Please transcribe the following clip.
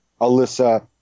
Alyssa